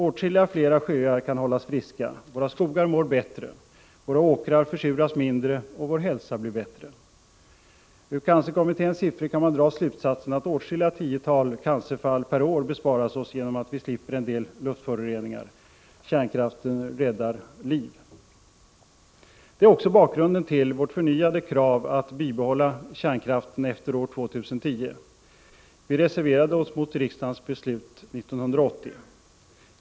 Åtskilliga fler sjöar kan hållas friska, våra skogar mår bättre, våra åkrar försuras mindre och vår hälsa blir bättre. Ur cancerkommitténs siffror kan vi dra slutsatsen att åtskilliga tiotal cancerfall per år besparas oss genom att vi slipper en del luftföroreningar. Kärnkraften räddar liv. Detta är också bakgrunden till vårt förnyade krav att bibehålla kärnkraften efter år 2010. Vi reserverade oss mot riksdagens beslut 1980.